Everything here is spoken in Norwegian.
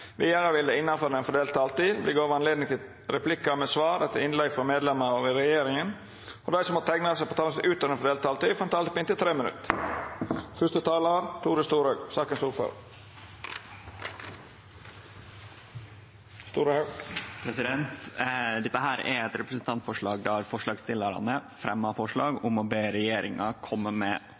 Vidare vil det – innanfor den fordelte taletida – verta gjeve anledning til replikkar med svar etter innlegg frå medlemer av regjeringa, og dei som måtte teikna seg på talarlista utover den fordelte taletida, får ei taletid på inntil 3 minutt. Dette er eit representantforslag der forslagsstillarane fremjar forslag om å be regjeringa kome med